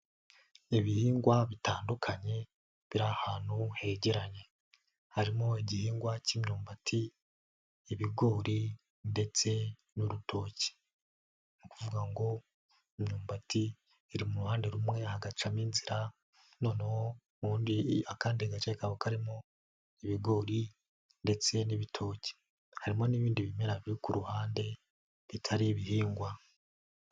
Ibihingwa bitandukanye biri ahantutu hegeranye, harimo igihingwa cy'imyumbati, ibigori ndetse n'urutoki. Ni ukuvuga ngo, imyumbati iri ruhande rumwe hagacamo inzira, noneho akandi gace kaba karimo ibigori ndetse n'ibitoki. Harimo n'ibindi bimera byo ku ruhande bitari ibihingwa.